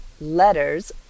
letters